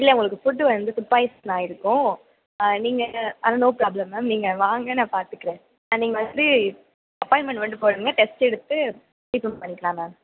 இல்லை உங்களுக்கு ஃபுட்டு வந்து ஃபுட் பாய்சன் ஆகிருக்கும் நீங்கள் அதெலாம் நோ ப்ராப்பளம் மேம் நீங்கள் வாங்க நான் பார்த்துக்கறேன் ஆ நீங்கள் வந்து அப்பாயின்ட்மெண்ட் மட்டும் போடுங்க டெஸ்ட்டு எடுத்து ட்ரீட்மெண்ட் பண்ணிக்கலாம் மேம்